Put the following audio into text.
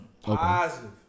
Positive